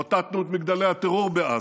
מוטטנו את מגדלי הטרור בעזה.